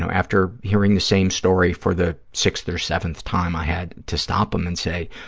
so after hearing the same story for the sixth or seventh time, i had to stop him and say,